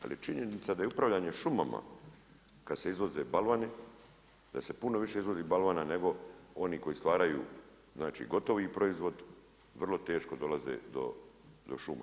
Ali je činjenica da je upravljanje šumama kada se izvoze balvani da se puno više izvozi balvana nego onih koji stvaraju znači gotovi proizvod, vrlo teško dolaze do šuma.